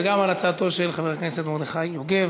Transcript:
וגם על הצעתו של חבר הכנסת מרדכי יוגב.